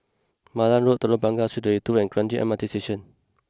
Malan Road Telok Blangah Street Three Two and Kranji M R T Station